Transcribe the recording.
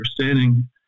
understanding